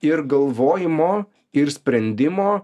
ir galvojimo ir sprendimo